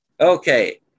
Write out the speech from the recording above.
Okay